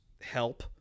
help